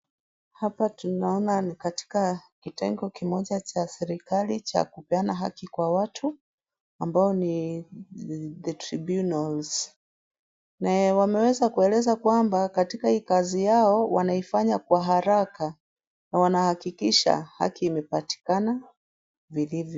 Hapa tunaona ni katika kitengo kimoja cha serikali cha kupeana haki kwa watu, ambao ni tribunals . Na wameweza kueleza kwamba katika hi kazi yao wanaifanya kwa haraka, na wanahakikisha haki imepatikana vilivyo.